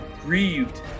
grieved